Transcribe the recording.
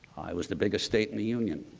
it was the biggest state in the union.